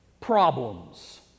problems